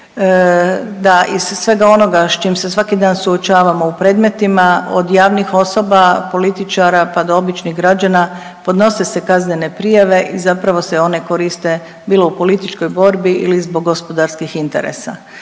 da iz svega onoga s čim se svaki dan suočavamo u predmetima, od javnih osoba, političara, pa do običnih građana, podnose se kaznene prijave i zapravo se one koriste bilo u političkoj borbi ili zbog gospodarskih interesa.